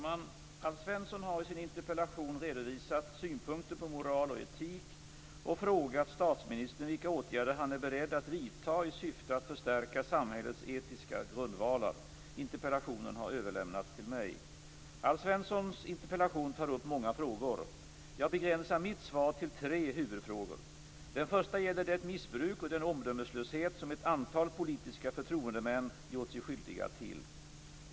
Herr talman! Alf Svensson har i sin interpellation redovisat synpunkter på moral och etik och frågat statsministern vilka åtgärder han är beredd att vidta i syfte att förstärka samhällets etiska grundvalar. Interpellationen har överlämnats till mig. Alf Svenssons interpellation tar upp många frågor. Jag begränsar mitt svar till tre huvudfrågor. Den första gäller det missbruk och den omdömeslöshet som ett antal politiska förtroendemän gjort sig skyldiga till.